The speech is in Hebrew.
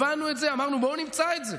הבנו את זה, אמרנו: בואו נמצא את זה.